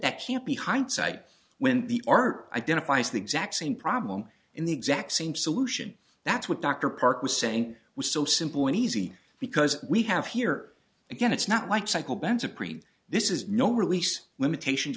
that can't be hindsight when the art identifies the exact same problem in the exact same solution that's what dr park was saying was so simple and easy because we have here again it's not like cycle bends appreciate this is no release limitations